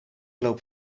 loop